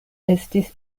estis